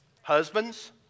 Husbands